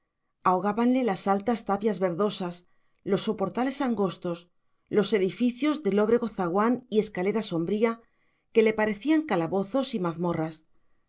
arzobispal ahogábanle las altas tapias verdosas los soportales angostos los edificios de lóbrego zaguán y escalera sombría que le parecían calabozos y mazmorras